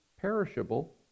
perishable